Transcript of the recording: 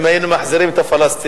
אם היינו מחזירים את הפלסטינים,